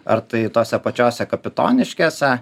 ar tai tose pačiose kapitoniškėse